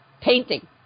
painting